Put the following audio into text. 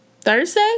Thursday